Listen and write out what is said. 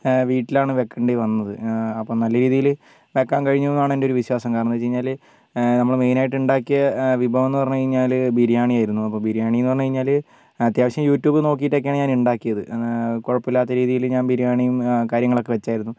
വീട്ടിലാണ് വെക്കെണ്ടി വന്നത് അപ്പം നല്ല രീതിയിൽ വെക്കാൻ കഴിഞ്ഞുന്നാണ് എൻ്റെയൊരു വിശ്വാസം കാരണമെന്താന്ന് വെച്ച്കഴിഞ്ഞാൽ നമ്മൾ മെയിൻ ആയിട്ട് ഉണ്ടാക്കിയ വിഭവം എന്ന് പറഞ്ഞുകഴിഞ്ഞാൽ ബിരിയാണി ആയിരുന്നു അപ്പോൾ ബിരിയാണിന്നു പറഞ്ഞു കഴിഞ്ഞാൽ അത്യാവശ്യം യൂട്യൂബ് നോക്കിട്ടൊക്കെയാണ് ഞാൻ ഉണ്ടാക്കിയത് കുഴപ്പമില്ലാത്ത രീതിയിൽ ഞാൻ ബിരിയാണീം കാര്യങ്ങളൊക്കെ വെച്ചായിരുന്നു